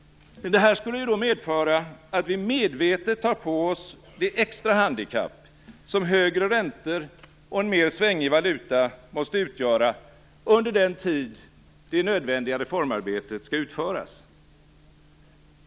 Men detta skulle ju medföra att vi medvetet tar på oss det extra handikapp som högre räntor och en mer svängig valuta måste utgöra under den tid det nödvändiga reformarbetet skall utföras.